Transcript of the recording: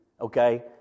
okay